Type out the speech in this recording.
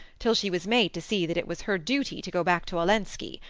till she was made to see that it was her duty to go back to olenski.